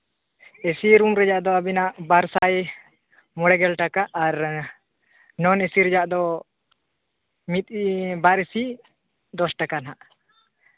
AC room ᱨᱮᱜᱮ ᱟᱹᱵᱤᱱᱟᱜ ᱵᱟᱨ ᱥᱟᱭ ᱢᱚᱬᱮ ᱜᱮᱞ ᱴᱟᱠᱟ ᱟᱨ ᱱᱚᱱᱼᱮᱥᱤ ᱨᱮᱭᱟᱜ ᱫᱚ ᱢᱤᱫ ᱵᱟᱨ ᱤᱥᱤ ᱫᱚᱥ ᱴᱟᱠᱟ ᱱᱟᱜᱷ